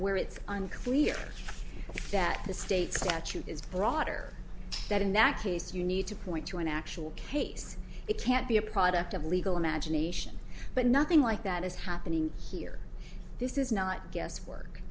where it's unclear that the state statute is broader that in that case you need to point to an actual case it can't be a product of legal imagination but nothing like that is happening here this is not guesswork